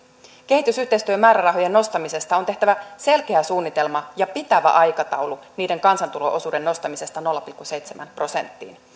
kehitysyhteistyömäärärahojen nostamisesta on tehtävä selkeä suunnitelma ja pitävä aikataulu niiden kansantulo osuuden nostamisesta nolla pilkku seitsemään prosenttiin